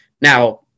Now